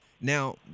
Now